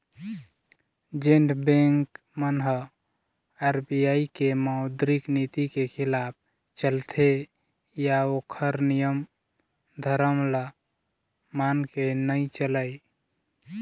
जेन बेंक मन ह आर.बी.आई के मौद्रिक नीति के खिलाफ चलथे या ओखर नियम धरम ल मान के नइ चलय